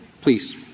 Please